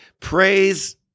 Praise